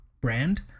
brand